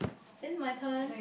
is it my turn